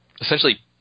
essentially